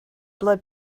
blood